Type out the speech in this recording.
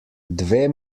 dve